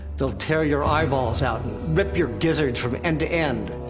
they'll tear your eyeballs out, and rip your gizzards from end to end.